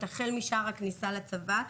החל משער הכניסה לצבא,